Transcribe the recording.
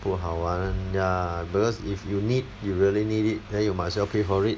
不好玩 ya because if you need you really need it then you might as well pay for it